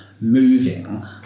moving